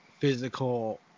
physical